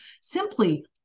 simply